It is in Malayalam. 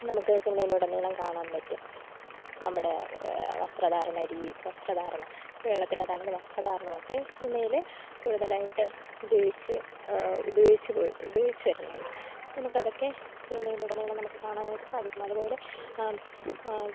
നമുക്ക് സിനിമയിൽ ഉടനീളം കാണാപറ്റും നമ്മുടെ വസ്ത്രധാരണരീതി വസ്ത്രധാരണം വെള്ളത്തിൻ്റെ കാണുന്ന വസ്ത്രധാരണമൊക്കെ സിനിമയില് കൂടുതലായിട്ട് ഉപയോഗിച്ച് ഉപയോഗിച്ച്പോ ഉപയോഗിച്ച് വരുന്നുണ്ട് നമുക്കതൊക്കെ സിനിമയിൽ ഉടനീളം നമുക്ക് കാണാനായിട്ട് സാധിക്കും അതുപോലെ